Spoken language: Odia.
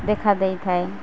ଦେଖା ଦେଇଥାଏ